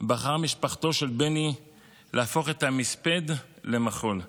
בחרה משפחתו של בני להפוך את המספד למחול.